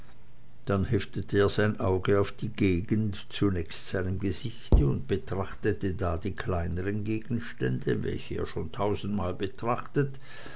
dann heftete er sein auge auf die gegend zunächst seinem gesichte und betrachtete da die kleineren gegenstände welche er schon tausendmal betrachtet